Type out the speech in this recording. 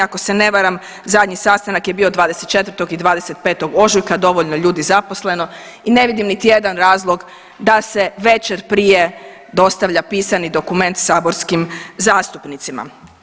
Ako se ne varam zadnji sastanak je bio 24. i 25. ožujka, dovoljno ljudi zaposleno i ne vidim niti jedan razlog da se večer prije dostavlja pisani dokument saborskim zastupnicima.